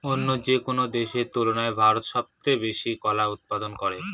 অন্য যেকোনো দেশের তুলনায় ভারত সবচেয়ে বেশি কলা উৎপাদন করে